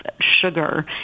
sugar